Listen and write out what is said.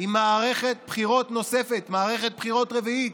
היא מערכת בחירות נוספת, מערכת בחירות רביעית.